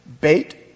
bait